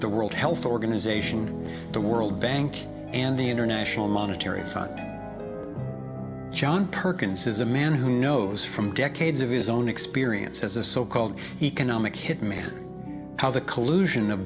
the world health organization the world bank and the international monetary fund john perkins is a man who knows from decades of his own experience as a so called economic hitman how the collusion